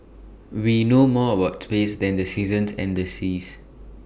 we know more about space than the seasons and the seas